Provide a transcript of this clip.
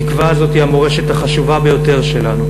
התקווה הזאת היא המורשת החשובה ביותר שלנו.